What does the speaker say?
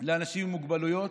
לאנשים עם מוגבלויות,